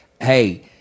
hey